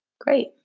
Great